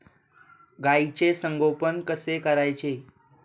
गाईचे संगोपन कसे करायचे?